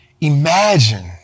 Imagine